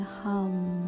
hum